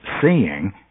seeing